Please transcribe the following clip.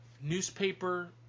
newspaper